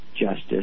justice